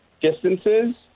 distances